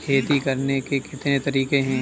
खेती करने के कितने तरीके हैं?